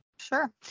Sure